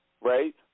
right